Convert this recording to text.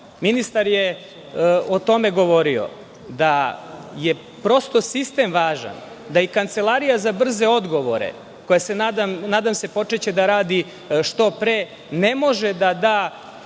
ministar je o tome govorio, da je prosto sistem važan, da i Kancelarija za brze odgovore, a nadam se da će početi da radi što pre, ne može da radi